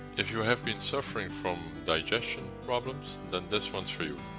if you have been suffering from digestion problems than this one's for you.